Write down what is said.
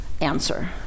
answer